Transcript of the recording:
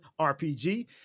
RPG